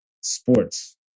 sports